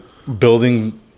building